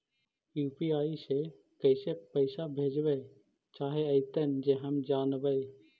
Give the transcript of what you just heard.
UPI से कैसे पैसा भेजबय चाहें अइतय जे हम जानबय?